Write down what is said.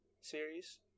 series